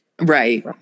Right